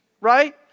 right